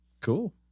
Cool